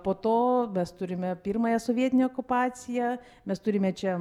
po to mes turime pirmąją sovietinę okupaciją mes turime čia